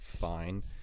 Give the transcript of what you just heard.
fine